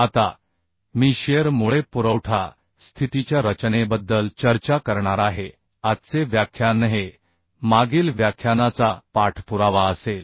आता मी शिअर मुळे पुरवठा स्थितीच्या रचनेबद्दल चर्चा करणार आहे आजचे व्याख्यान हे मागील व्याख्यानाचा पाठपुरावा असेल